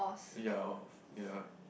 ya or ya